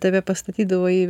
tave pastatydavo į